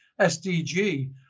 SDG